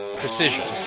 precision